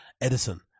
Edison